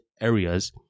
areas